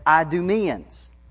Idumeans